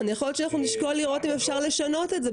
יכול להיות שאנחנו נשקול לראות אם אפשר לשנות את זה.